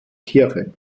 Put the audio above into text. kirche